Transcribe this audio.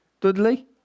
Dudley